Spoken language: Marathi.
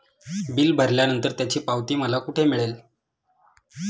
बिल भरल्यानंतर त्याची पावती मला कुठे मिळेल?